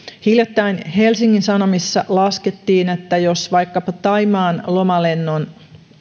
hiljattain helsingin sanomissa laskettiin että jos vaikkapa thaimaan lomalennon